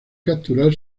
capturar